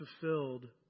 fulfilled